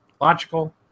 Logical